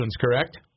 correct